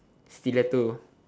stiletto